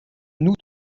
nous